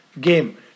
game